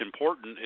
important